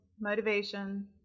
motivation